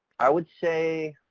i would say